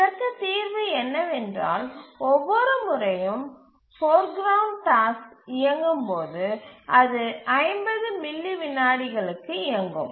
இதற்கு தீர்வு என்னவென்றால் ஒவ்வொரு முறையும் போர் கிரவுண்ட் டாஸ்க் இயங்கும் போது அது 50 மில்லி விநாடிகளுக்கு இயங்கும்